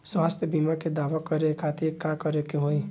स्वास्थ्य बीमा के दावा करे के खातिर का करे के होई?